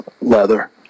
Leather